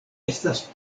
estas